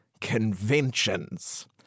conventions